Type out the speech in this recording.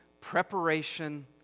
preparation